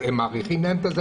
הם מאריכים את הזכאות?